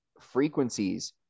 frequencies –